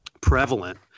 prevalent